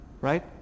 Right